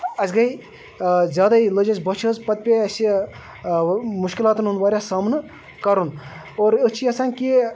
اَسہِ گٔیے زیادٕ لٔج اَسہِ بۄچھِ حظ پَتہٕ پیٚیہِ اَسہِ مُشکلاتَن ہُنٛد واریاہ سامنہٕ کَرُن اور أسۍ چھِ یَژھان کہِ